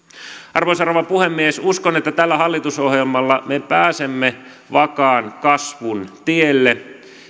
arvoisa rouva puhemies uskon että tällä hallitusohjelmalla me pääsemme vakaan kasvun tielle